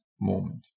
moment